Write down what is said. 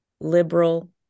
liberal